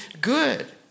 good